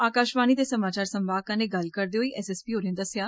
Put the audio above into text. आकाशवाणी दे समाचार संभाग कन्नै गल्ल करदे होई एसएसपी होरें दस्सेआ